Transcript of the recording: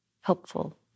helpful